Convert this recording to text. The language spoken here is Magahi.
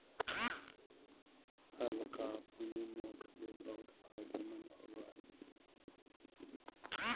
हल्का भूमि, मोठ ले बहुत फायदेमंद होवो हय